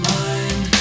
mind